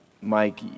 Mike